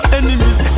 enemies